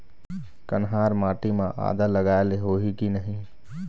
कन्हार माटी म आदा लगाए ले होही की नहीं?